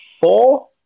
four